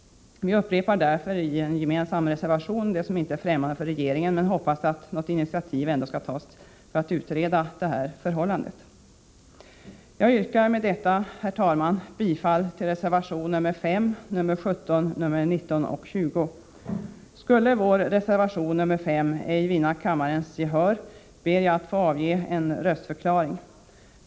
Vi upprepar därför i en gemensam reservation det som inte är främmande för regeringen, men vi hoppas att något initiativ ändå tas för att detta förhållande skall utredas. Jag yrkar med detta, herr talman, bifall till reservationerna nr 5, 17, 19 och 20. Skulle vår reservation nr 5 ej vinna kammarens gehör ber jag att få avge en röstförklaring.